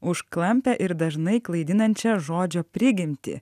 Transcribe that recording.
už klampią ir dažnai klaidinančią žodžio prigimtį